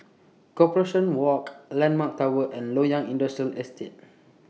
Corporation Walk Landmark Tower and Loyang Industrial Estate